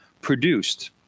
produced